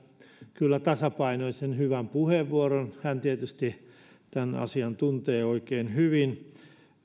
kyllä tasapainoisen hyvän puheenvuoron hän tietysti tämän asian tuntee oikein hyvin